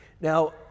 Now